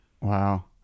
Wow